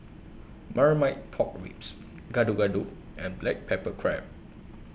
Marmite Pork Ribs Gado Gado and Black Pepper Crab